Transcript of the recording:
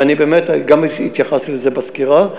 ואני באמת גם התייחסתי לזה בסקירה,